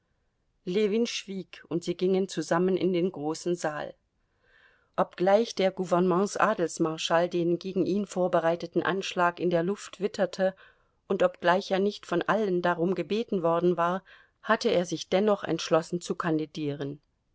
ljewin schwieg und sie gingen zusammen in den großen saal obgleich der gouvernements adelsmarschall den gegen ihn vorbereiteten anschlag in der luft witterte und obgleich er nicht von allen darum gebeten worden war hatte er sich dennoch entschlossen zu kandidieren